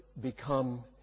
become